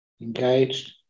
engaged